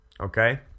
Okay